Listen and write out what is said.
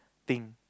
thing